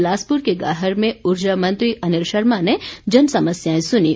बिलासपुर के गाहर में ऊर्जा मंत्री अनिल शर्मा ने जन समस्याएं सुनीं